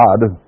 God